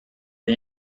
the